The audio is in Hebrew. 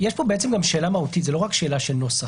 יש פה גם שאלה מהותית, זו לא רק שאלה של נוסח.